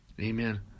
Amen